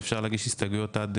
אפשר להגיש הסתייגויות עד